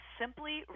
simply